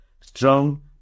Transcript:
strong